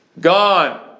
Gone